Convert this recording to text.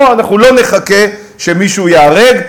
לא, אנחנו לא נחכה שמישהו ייהרג.